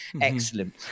Excellent